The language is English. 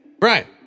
right